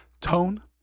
Tone